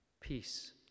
Peace